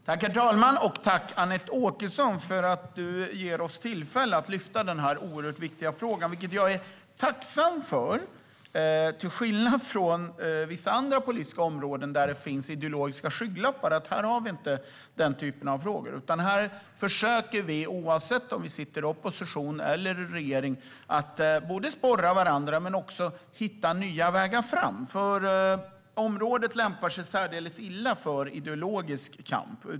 Herr talman! Jag tackar Anette Åkesson för att hon ger oss tillfälle att lyfta fram denna oerhört viktiga fråga. På vissa andra politiska områden finns det ideologiska skygglappar. Här har vi inte den typen av frågor, utan här försöker vi, oavsett om vi sitter i opposition eller regering, att både sporra varandra och hitta nya vägar framåt. Området lämpar sig särdeles illa för ideologisk kamp.